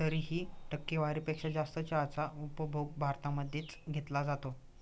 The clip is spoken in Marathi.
तरीही, टक्केवारी पेक्षा जास्त चहाचा उपभोग भारतामध्ये च घेतला जातो